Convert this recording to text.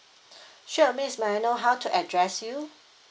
sure miss may I know how to address you